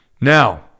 Now